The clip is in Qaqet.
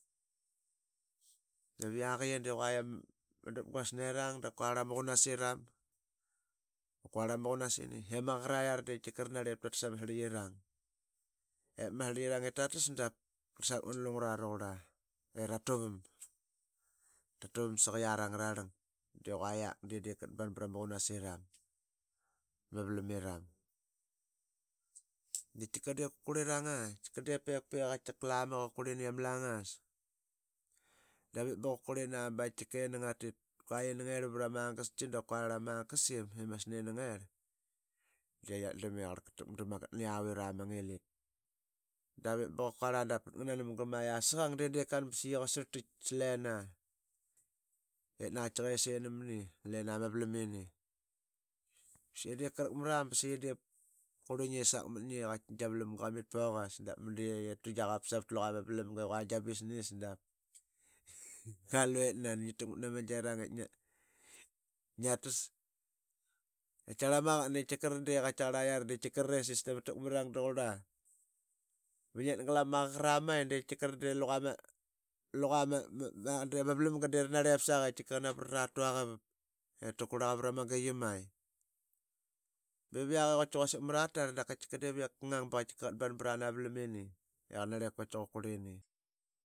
Da yiakiyi de qua ama dapguas nirang. quarla ma qunasiram. quarla ma qunasini itaka ma qaqara lara de ra narlip ta tas ama srlikrang. Ip ma srlikirang ip ta tas dap ngana yiarang taqurla i ratuvam. tatuvam saqa yiang angararlang di qua diip yiak ka van brama qunasiram ma valamiram. De tika dip kurliranga i ask arl diip tika vekpek i tika lamak i qa kurlini yiama langas. da ip ba qa kurlina ba qaitika iningatit ini ngirl vra ma gaski da kuarl ama gasim de ngiatdrlam i qa takmat da magat na yiavira ama ngilit da iv ba qa kuarl aa dap pat ngaria namga me asaaqang de diip sa qi qan ba qa sarltik sa lina itk naqaitki qis seni mne lena ma vakamini. Sani dup qa rakmara ba sa qi diip kurli ngi sak mat ngi i qaqti gia valamga qamit pogas dap madu i di ngu tu giaqavap savat luqa ma valamga ip qua gia bisnis dap kua lue nan ngia takmat nama girrang ip ngia. ngia tas. I qaitkaqarl ama qaqat dii tika ra de qautkiaqarl iara de tika ra resis tama takmarirang taqurla. ba nget galama qaqaet ra mai de tika ra de luqa ma. ma qa de ama valmga de ra narlip saqa. qa navarara tuaqavap i ranarlip ta qurlaqa vra ma giyi mai. Ba iv yak i tika quasik imara tarldap qaitka diip yiak ka ngang ba qaitika qanban brani ama valamini i qaitki qa qurlini ip qaitika qa lavrini.